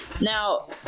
now